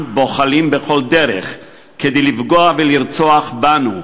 בוחלים בכל דרך כדי לפגוע ולרצוח בנו,